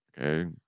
okay